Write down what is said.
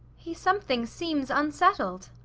he something seems unsettled.